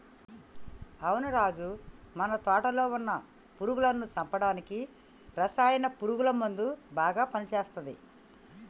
అవును రాజు మన తోటలో వున్న పురుగులను చంపడానికి రసాయన పురుగుల మందు బాగా పని చేస్తది